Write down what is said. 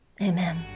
Amen